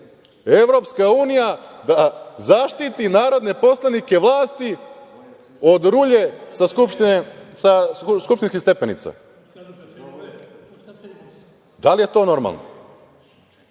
Evropska unija da zaštiti narodne poslanike vlasti od rulje sa skupštinskih stepenica. Da li je to normalno? Hajde